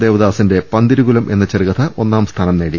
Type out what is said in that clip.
ദേവദാസിന്റെ പന്തിരുകുലം എന്ന ചെറുകഥ ഒന്നാംസ്ഥാനം നേടി